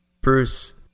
Bruce